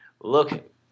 Look